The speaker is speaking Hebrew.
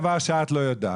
ואין דבר שאת לא יודעת.